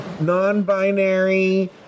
non-binary